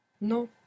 No